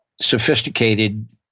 sophisticated